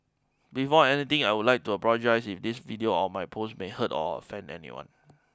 before anything I would like to apologise if this video or my post may hurt or offend anyone